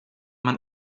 man